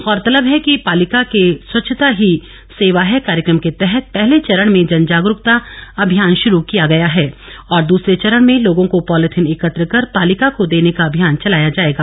गौरतलब है कि पालिका के स्वच्छता ही सेवा है कार्यक्रम के तहत पहले चरण में जन जागरूकता अभियान शुरू किया गया है और दूसरे चरण में लोगों को पॉलीथिन एकत्र कर पालिका को देने का अभियान चलाया जाएगा